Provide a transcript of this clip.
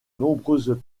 nombreuses